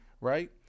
right